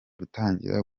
gutangira